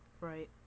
Right